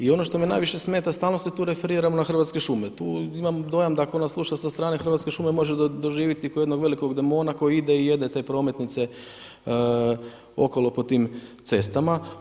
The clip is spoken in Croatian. I ono što me najviše smeta, stalno se tu referiramo na hrvatske šume, tu imam dojam da ko nas sluša sa strane hrvatske šume može doživjeti ko jedno veliko demona koji ide i jede te prometnice okolo po tim cestama.